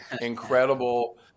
incredible